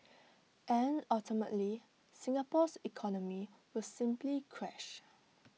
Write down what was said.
and ultimately Singapore's economy will simply crash